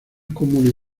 comunes